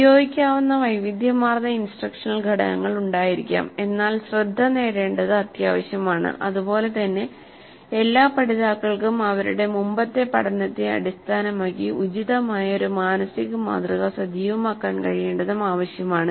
ഉപയോഗിക്കാവുന്ന വൈവിധ്യമാർന്ന ഇൻസ്ട്രക്ഷണൽ ഘടകങ്ങൾ ഉണ്ടായിരിക്കാം എന്നാൽ ശ്രദ്ധ നേടേണ്ടത് അത്യാവശ്യമാണ് അതുപോലെ തന്നെ എല്ലാ പഠിതാക്കൾക്കും അവരുടെ മുമ്പത്തെ പഠനത്തെ അടിസ്ഥാനമാക്കി ഉചിതമായ ഒരു മാനസിക മാതൃക സജീവമാക്കാൻ കഴിയേണ്ടതും ആവശ്യമാണ്